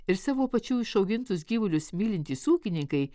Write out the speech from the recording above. ir savo pačių išaugintus gyvulius mylintys ūkininkai